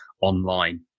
online